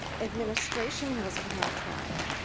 administration has a contract.